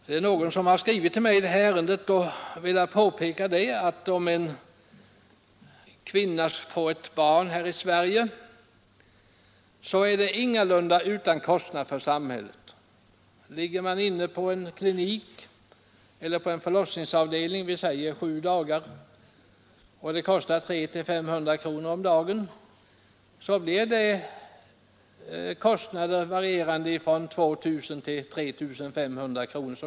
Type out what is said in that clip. Det är en person som har skrivit till mig i det här ärendet och velat påpeka att om en kvinna får ett barn här i Sverige, så sker det ingalunda utan kostnad för samhället. När kvinnan ligger på en klinik eller en förlossningsavdelning låt mig säga sju dagar och det kostar 300-500 kronor om dagen, så blir det ju en kostnad varierande mellan 2 000 och 3 500 kronor.